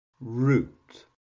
root